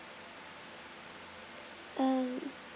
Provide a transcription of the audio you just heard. err